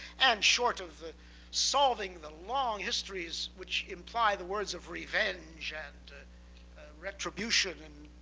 and short of solving the long histories which imply the words of revenge, and retribution, and